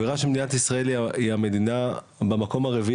שהראה שמדינת ישראל היא המדינה במקום הרביעי